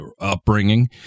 upbringing